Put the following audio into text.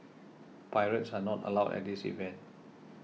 pirates are not allowed at this event